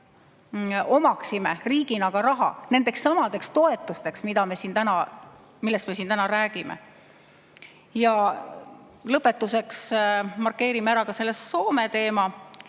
omaksime riigina ka raha nendekssamadeks toetusteks, millest me siin täna räägime. Ja lõpetuseks markeerin ära ka selle Soome teema,